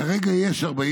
כרגע יש 47"